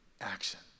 action